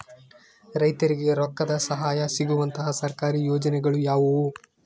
ರೈತರಿಗೆ ರೊಕ್ಕದ ಸಹಾಯ ಸಿಗುವಂತಹ ಸರ್ಕಾರಿ ಯೋಜನೆಗಳು ಯಾವುವು?